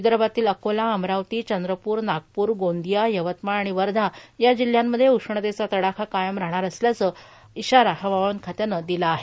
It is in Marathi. विदर्भातील अकोला अमरावती चंद्रपूर नागपूर गोंदिया यवतमाळ आणि वर्धा या जिल्ह्यांमध्ये उष्णतेचा तडाखा कायम राहणार असल्याचा इशारा हवामान खात्यानं दिला आहे